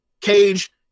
Cage